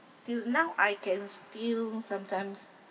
till now I can still sometimes